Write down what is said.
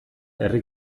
herri